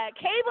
cable